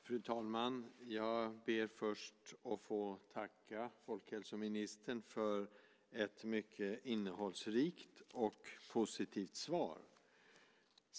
Fru talman! Jag ber först att få tacka folkhälsoministern för ett mycket innehållsrikt och positivt svar.